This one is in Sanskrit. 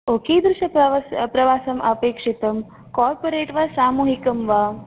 ओ कीदृशप्रवास प्रवासम् अपेक्षितं कार्पोरेट् वा सामान्यं वा